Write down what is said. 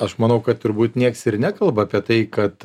aš manau kad turbūt nieks ir nekalba apie tai kad